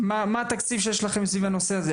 מה התקציב שיש לכם לנושא הזה?